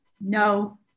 no